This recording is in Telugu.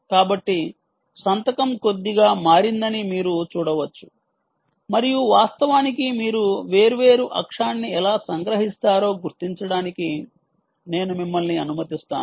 కాబట్టి సంతకం కొద్దిగా మారిందని మీరు చూడవచ్చు మరియు వాస్తవానికి మీరు వేర్వేరు అక్షాన్ని ఎలా సంగ్రహిస్తారో గుర్తించడానికి నేను మిమ్మల్ని అనుమతిస్తాను